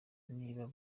niba